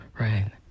right